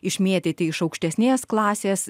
išmėtyti iš aukštesnės klasės